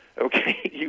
okay